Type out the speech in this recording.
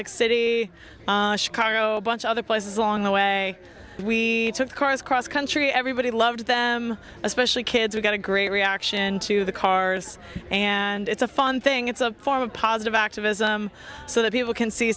lake city chicago a bunch other places along the way we took cars cross country everybody loved them especially kids we got a great reaction to the cars and it's a fun thing it's a form of positive activism so that people can see